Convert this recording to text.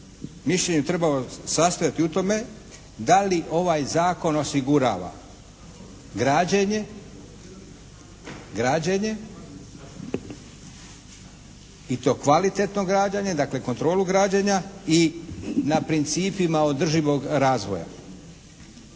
mišljenju trebao sastojati u tome da li ovaj zakon osigurava građenje, građenje i to kvalitetno građenje dakle kontrolu građenja i na principima održivog razvoja.